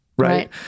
Right